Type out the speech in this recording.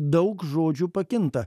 daug žodžių pakinta